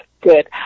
Good